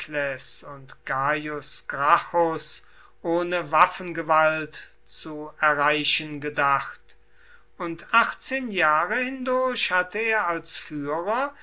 und gaius gracchus ohne waffengewalt zu erreichen gedacht und achtzehn jahre hindurch hatte er als führer